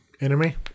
Enemy